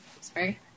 sorry